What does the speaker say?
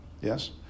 Yes